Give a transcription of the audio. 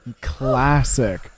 classic